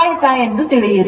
ಆಯತ ಎಂದು ತಿಳಿಯಿರಿ